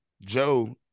Joe